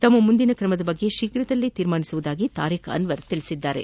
ತಮ್ಮ ಮುಂದಿನ ತ್ರಮದ ಬಗ್ಗೆ ಶೀಘದಲ್ಲೇ ನಿರ್ಧರಿಸುವುದಾಗಿ ತಾರಿಖ್ಅನ್ವರ್ ಹೇಳಿದ್ದಾರೆ